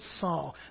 saw